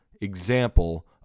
example